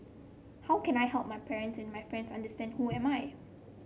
how can I help my parents and my friends understand who am I